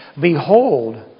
Behold